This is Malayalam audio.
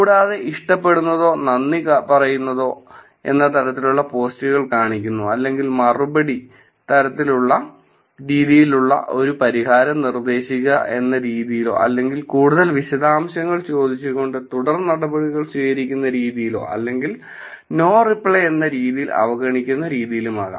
കൂടാതെ ഇഷ്ടപ്പെടുന്നതോ നന്ദി പറയുന്നതോ എന്ന തരത്തിലുള്ള പോസ്റ്റുകൾ കാണിക്കുന്നു അല്ലെങ്കിൽ മറുപടി തരത്തിലുള്ള രീതിയിലോ ഒരു പരിഹാരം നിർദ്ദേശിക്കുക എന്ന രീതിയിലോ അല്ലെങ്കിൽ കൂടുതൽ വിശദാംശങ്ങൾ ചോദിച്ചുകൊണ്ട് തുടർനടപടികൾ സ്വീകരിക്കുന്ന രീതിയിലോ അല്ലെങ്കിൽ നോ റിപ്ലൈ എന്ന രീതിയിൽ അവഗണിക്കുന്ന രീതിയിലുമാകാം